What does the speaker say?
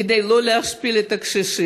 כדי לא להשפיל את הקשישים.